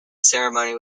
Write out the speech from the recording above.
ceremony